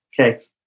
okay